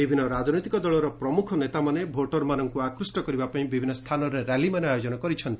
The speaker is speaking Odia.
ବିଭିନ୍ନ ରାଜନୈତିକ ଦଳର ପ୍ରମୁଖ ନେତାମାନେ ଭୋଟର୍ମାନଙ୍କୁ ଆକୃଷ୍ଟ କରିବାପାଇଁ ବିଭିନ୍ନ ସ୍ଥାନରେ ର୍ୟାଲିମାନ ଆୟୋଜନ କରିଛନ୍ତି